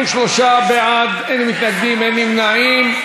43 בעד, אין מתנגדים, אין נמנעים.